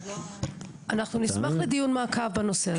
אנחנו נשמח לדיון מעקב בנושא,